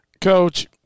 Coach